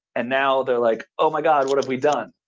and now they're like, oh my god! what have we done?